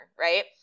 right